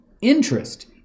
interest